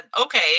okay